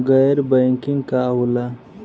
गैर बैंकिंग का होला?